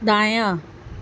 دایاں